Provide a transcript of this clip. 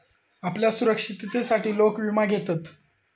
आपल्या सुरक्षिततेसाठी लोक विमा घेतत